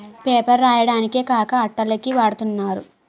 paper రాయడానికే కాక అట్టల కి వాడతన్నారు